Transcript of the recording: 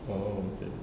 oh